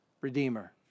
Redeemer